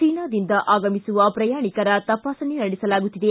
ಚೀನಾದಿಂದ ಆಗಮಿಸುವ ಪ್ರಯಾಣಿಕರ ತಪಾಸಣೆ ನಡೆಸಲಾಗುತ್ತಿದೆ